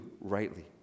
rightly